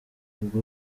ubwo